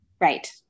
Right